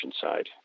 side